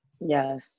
Yes